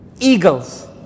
Eagles